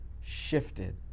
shifted